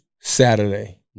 Saturday